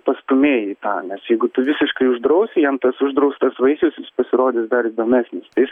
pastūmėji į tą nes jeigu tu visiškai uždrausi jam tas uždraustas vaisius jis pasirodys dar įdomesnis tai jis